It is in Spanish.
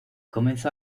comenzó